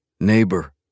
Neighbor